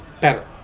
better